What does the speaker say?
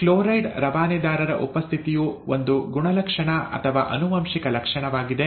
chloride ರವಾನೆದಾರರ ಉಪಸ್ಥಿತಿಯು ಒಂದು ಗುಣಲಕ್ಷಣ ಅಥವಾ ಆನುವಂಶಿಕ ಲಕ್ಷಣವಾಗಿದೆ